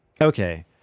Okay